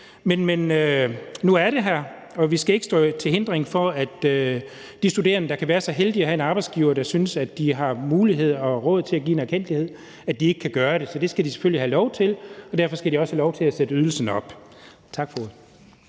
Men nu er det her, og vi skal ikke stå i vejen for, at de studerende, der kan være så heldige at have en arbejdsgiver, der synes, at vedkommende har mulighed og råd til at give en erkendtlighed, ikke kan få det, så det skal de selvfølgelig have lov til, og derfor skal arbejdsgiveren også have lov til at sætte ydelsen op. Tak for ordet.